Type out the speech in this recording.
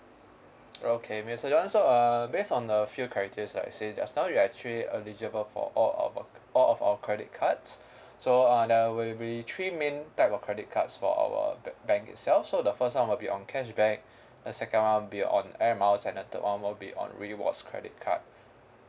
okay mister john so uh base on the few characters like you say just now you're actually eligible for all of our all of our credit cards so uh there will be three main type of credit cards for our bank itself so the first one will be on cashback the second one be on air miles and the third one will be on rewards credit card